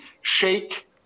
shake